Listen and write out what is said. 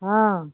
हाँ